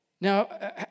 Now